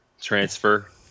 transfer